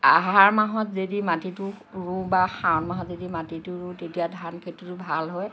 আহাৰ মাহত যদি মাটিটো ৰুওঁ বা শাওন মাহত যদি মাটিটো ৰুওঁ তেতিয়া ধান খেতিটো ভাল হয়